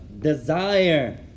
desire